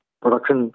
production